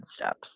steps